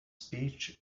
speech